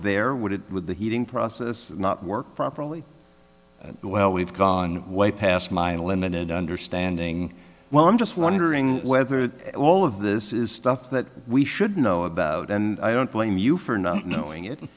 there or would it with the heating process not work properly well we've gone way past my limited understanding well i'm just wondering whether all of this is stuff that we should know about and i don't blame you for not knowing it